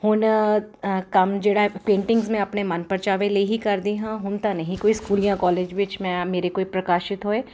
ਹੁਣ ਕੰਮ ਜਿਹੜਾ ਪੇਂਟਿੰਗਸ ਮੈਂ ਆਪਣੇ ਮਨ ਪਰਚਾਵੇ ਲਈ ਹੀ ਕਰਦੀ ਹਾਂ ਹੁਣ ਤਾਂ ਨਹੀਂ ਕੋਈ ਸਕੂਲ ਜਾਂ ਕਾਲਜ ਵਿੱਚ ਮੈਂ ਮੇਰੇ ਕੋਈ ਪ੍ਰਕਾਸ਼ਿਤ ਹੋਏ